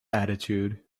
attitude